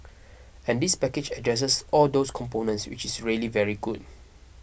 and this package addresses all those components which is really very good